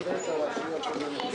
אני מבקש התייעצות סיעתית.